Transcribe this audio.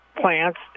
plants